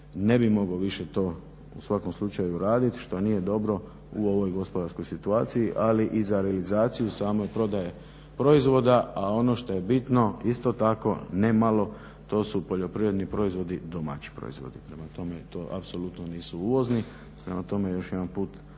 ne bi mogao više to, u svakom slučaju raditi što nije dobro u ovoj gospodarskoj situaciji ali i za realizaciju same prodaje proizvoda. A ono što je bitno isto tako ne malo to su poljoprivredni proizvodi domaći proizvodi. Prema tome, to apsolutno nisu uvozni. Prema tome, još jedan put